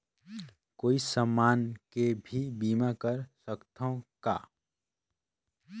कोई समान के भी बीमा कर सकथव का?